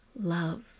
love